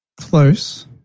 Close